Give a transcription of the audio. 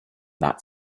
that